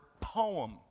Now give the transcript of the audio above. poem